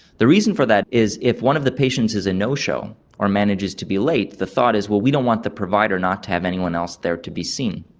the reason for that is if one of the patients is a no-show or manages to be late, the thought is we don't want the provider not to have anyone else there to be seen.